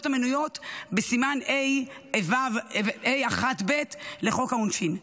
המנויות בסימן ה(1)(ב) לחוק העונשין.